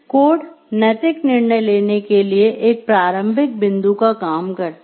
code नैतिक निर्णय लेने के लिए एक प्रारंभिक बिंदु का काम करता है